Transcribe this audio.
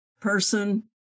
person